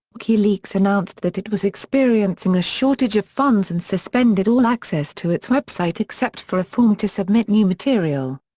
wikileaks announced that it was experiencing a shortage of funds and suspended all access to its website except for a form to submit new material.